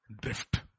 drift